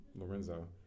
Lorenzo